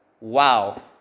Wow